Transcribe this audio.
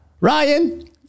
Ryan